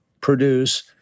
produce